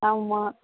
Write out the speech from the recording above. ஆமாம்